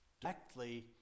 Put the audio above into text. directly